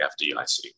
FDIC